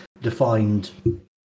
defined